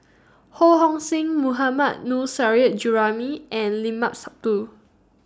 Ho Hong Sing Mohammad Nurrasyid Juraimi and Limat Sabtu